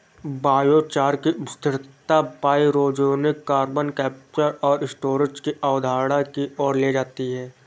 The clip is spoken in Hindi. बायोचार की स्थिरता पाइरोजेनिक कार्बन कैप्चर और स्टोरेज की अवधारणा की ओर ले जाती है